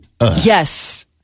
Yes